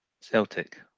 Celtic